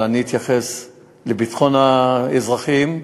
אבל אני אתייחס לביטחון האזרחים,